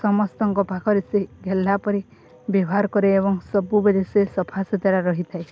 ସମସ୍ତଙ୍କ ପାଖରେ ସେ ଗେହ୍ଲା ପରି ବ୍ୟବହାର କରେ ଏବଂ ସବୁବେଳେ ସେ ସଫାସୁତୁରା ରହିଥାଏ